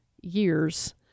years